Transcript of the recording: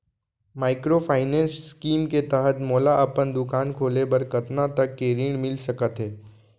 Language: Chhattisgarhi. माइक्रोफाइनेंस स्कीम के तहत मोला अपन दुकान खोले बर कतना तक के ऋण मिलिस सकत हे?